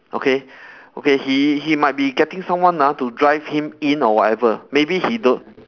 okay okay he he might be getting someone lah to drive him in or whatever maybe he don't